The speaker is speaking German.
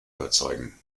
überzeugen